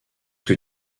que